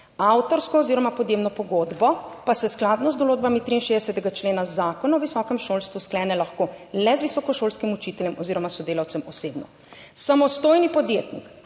avtorsko oziroma podjemno pogodbo pa se skladno z določbami 63. člena Zakona o visokem šolstvu sklene lahko le z visokošolskim učiteljem oziroma sodelavcem osebno. Samostojni podjetnik